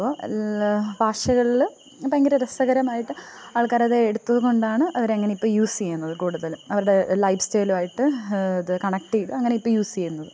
അപ്പോള് ഭാഷകളില് ഭയങ്കര രസകരമായിട്ട് ആള്ക്കാരത് എടുത്തതുകൊണ്ടാണ് അവരങ്ങനെ ഇപ്പോള് യൂസ് ചെയ്യുന്നത് കൂടുതല് അവരുടെ ലൈഫ്സ്റ്റൈലുമായിട്ട് അത് കണക്ട് ചെയ്ത് അങ്ങനെ ഇപ്പോള് യൂസ് ചെയ്യുന്നത്